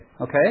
Okay